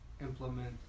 implement